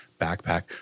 backpack